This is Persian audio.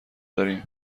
داریم